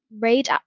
raid